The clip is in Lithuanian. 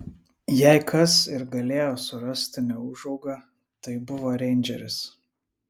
jei kas ir galėjo surasti neūžaugą tai buvo reindžeris